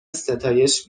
ستایش